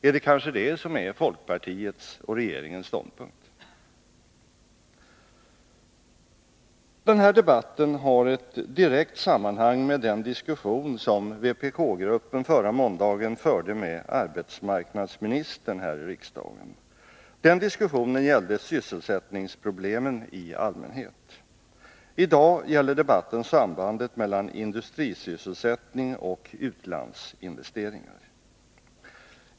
Är det kanske det som är folkpartiets och regeringens ståndpunkt? Denna debatt har ett direkt samband med den diskussion som vpkgruppen förra måndagen förde med arbetsmarknadsministern här i riksdagen. Den diskussionen gällde sysselsättningsproblemen i allmänhet. I dag gäller debatten sambandet mellan industrisysselsättning och utlandsinvesteringar.